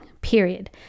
period